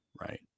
right